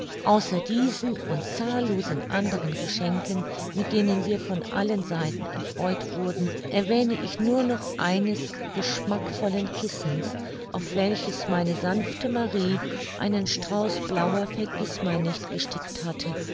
außer diesen und zahllosen anderen geschenken mit denen wir von allen seiten erfreut wurden erwähne ich nur noch eines geschmackvollen kissens auf welches meine sanfte marie einen strauß blauer vergißmeinnicht gestickt hatte